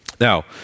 Now